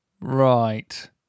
Right